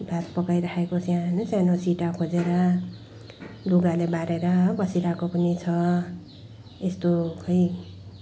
भात पकाइराखेको सानो सानो सिटा खोजेर लुगाले बारेर बसिरहेको पनि छ यस्तो खै